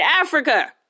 Africa